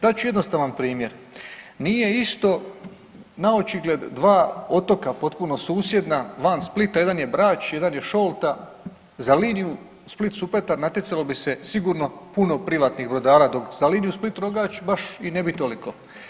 Dat ću jednostavan primjer, nije isto naočigled dva otoka potpuno susjedna van Splita, jedan je Brač, jedan je Šolta za liniju Split-Supetar natjecalo bi se sigurno puno privatnih brodara dok za liniju Split-Rogač baš i ne bi toliko.